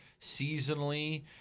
seasonally